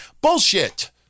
Bullshit